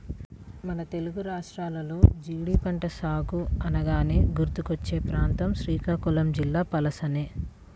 మన తెలుగు రాష్ట్రాల్లో జీడి పంట సాగు అనగానే గుర్తుకొచ్చే ప్రాంతం శ్రీకాకుళం జిల్లా పలాసనే